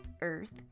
earth